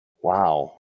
Wow